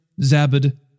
Zabad